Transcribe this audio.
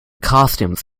costumes